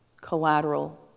collateral